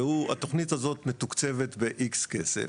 והתוכנית הזאת מתוקצבת ב-X כסף,